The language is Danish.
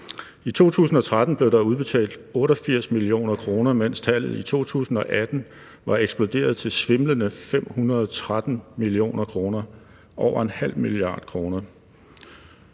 I 2013 blev der udbetalt 88 mio. kr., mens tallet i 2018 var eksploderet til svimlende 513 mio. kr., altså over ½ mia. kr.